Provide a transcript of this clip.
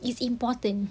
it's important